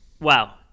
wow